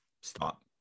Stop